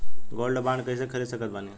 Gold bond कईसे खरीद सकत बानी?